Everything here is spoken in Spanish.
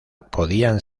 podían